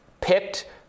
picked—